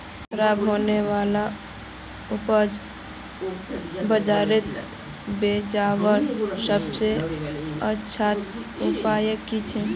ख़राब होने वाला उपज बजारोत बेचावार सबसे अच्छा उपाय कि छे?